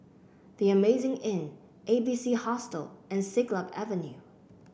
The Amazing Inn A B C Hostel and Siglap Avenue